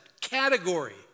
category